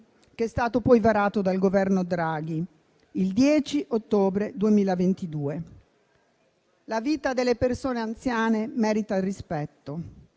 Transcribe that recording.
che è stato poi varato dal Governo Draghi il 10 ottobre 2022. La vita delle persone anziane merita rispetto,